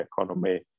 economy